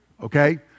Okay